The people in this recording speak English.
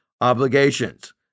obligations